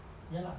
ya lah